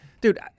dude